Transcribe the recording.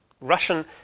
Russian